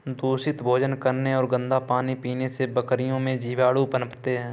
दूषित भोजन करने और गंदा पानी पीने से बकरियों में जीवाणु पनपते हैं